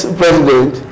president